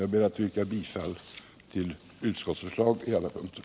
Jag ber att få yrka bifall till utskottets förslag på alla punkter.